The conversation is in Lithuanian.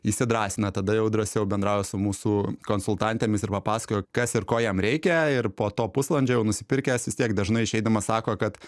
įsidrąsina tada jau drąsiau bendrauja su mūsų konsultantėmis ir papasakojo kas ir ko jam reikia ir po to pusvalandžio jau nusipirkęs vis tiek dažnai išeidamas sako kad